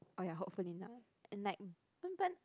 oh ya hopefully not and like